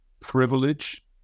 privilege